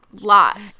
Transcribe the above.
Lots